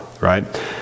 right